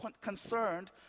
concerned